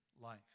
life